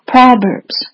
Proverbs